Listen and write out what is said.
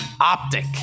optic